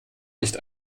nicht